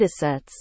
datasets